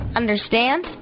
understand